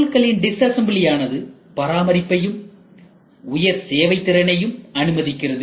பொருள்களின் டிஸ்அசம்பிளி ஆனது பராமரிப்பையும் உயர் சேவை திறனையும் அனுமதிக்கிறது